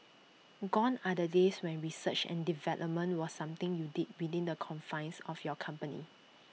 gone are the days when research and development was something you did within the confines of your company